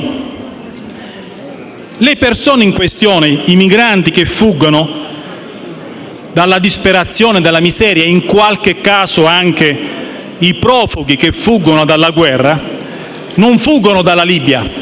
le persone in questione, i migranti che fuggono dalla disperazione e dalla miseria, in qualche caso anche i profughi che fuggono dalla guerra, non fuggono dalla Libia;